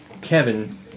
Kevin